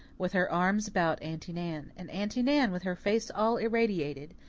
with her arms about aunty nan and aunty nan, with her face all irradiated,